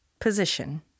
position